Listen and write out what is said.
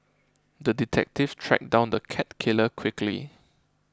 the detective tracked down the cat killer quickly